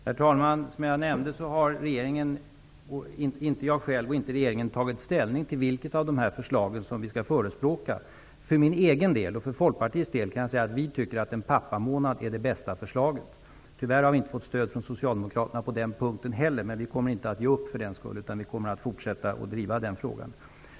Herr talman! Som jag nämnde har varken regeringen eller jag själv tagit ställning till vilket av dessa förslag som vi skall förespråka. För egen del och för Folkpartiets del kan jag säga att vi tycker att en pappamånad är det bästa förslaget. Tyvärr har vi inte fått stöd av Socialdemokraterna på den punkten heller, men vi kommer inte att ge upp för den skull, utan vi kommer att fortsätta att driva denna fråga.